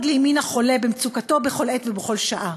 לימין החולה במצוקתו בכל עת ובכל שעה,